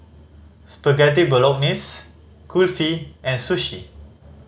Spaghetti Bolognese Kulfi and Sushi